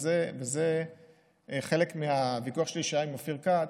וזה חלק מהוויכוח שהיה לי עם אופיר כץ,